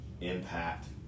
impact